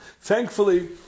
Thankfully